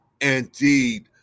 indeed